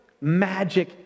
magic